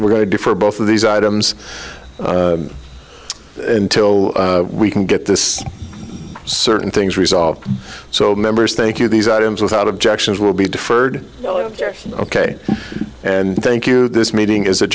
we're going to do for both of these items until we can get this certain things resolved so members thank you these items without objections will be deferred ok and thank you this meeting is a